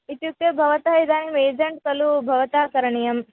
इत्युक्ते भवतः इदानीम् एजेण्ट् खलु भवता करणीयम्